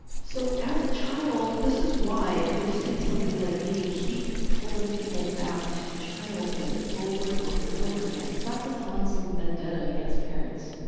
so as a child, this why you'll see somebody like me, keep pulling people back to childhood, over and over and over again. it's not because i'm on some vendetta against parents.